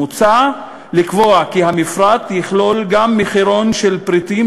מוצע לקבוע כי המפרט יכלול גם מחירון של פריטים